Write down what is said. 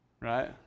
right